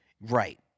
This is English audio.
Right